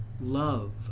love